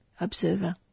Observer